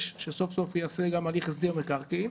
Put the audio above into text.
שסוף סוף ייעשה גם הליך הסדר מקרקעין